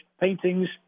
paintings